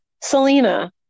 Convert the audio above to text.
selena